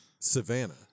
Savannah